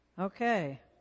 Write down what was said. Okay